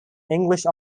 english